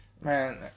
Man